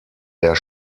der